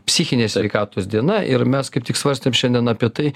psichinės sveikatos diena ir mes kaip tik svarstėm šiandien apie tai